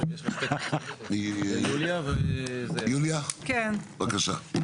יוליה, בבקשה.